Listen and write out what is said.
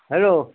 hello